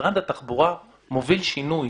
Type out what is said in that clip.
משרד התחבורה מוביל שינוי.